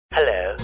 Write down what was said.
Hello